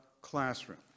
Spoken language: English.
classroom